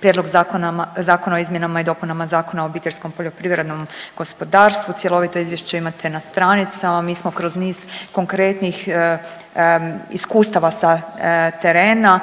Prijedlog zakona o izmjenama i dopunama Zakona o OPG, cjelovito izvješće imate na stranicama. Mi smo kroz niz konkretnih iskustava sa terena